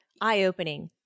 Eye-opening